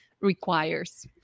requires